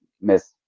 Miss